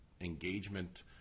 engagement